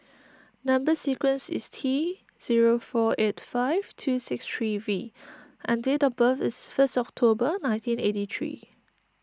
Number Sequence is T zero four eight five two six three V and date of birth is first October nineteen eighty three